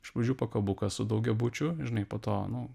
iš pradžių pakabuką su daugiabučiu žinai po to nu